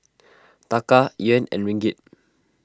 Taka Yuan and Ringgit